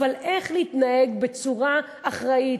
איך להתנהג בצורה אחראית,